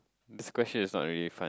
this question is not really fun